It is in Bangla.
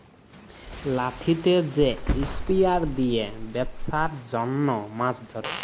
লাঠিতে যে স্পিয়ার দিয়ে বেপসার জনহ মাছ ধরে